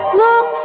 look